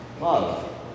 Love